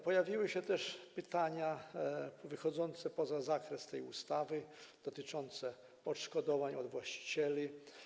Pojawiły się też pytania wychodzące poza zakres tej ustawy, dotyczące odszkodowań dla właścicieli.